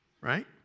Right